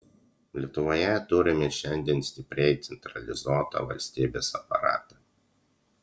lietuvoje turime šiandien stipriai centralizuotą valstybės aparatą